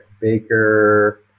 Baker